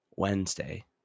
Wednesday